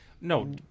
No